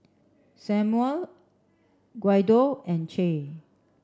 Samual Guido and Che